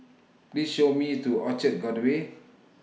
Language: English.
Please Show Me to Orchard Gateway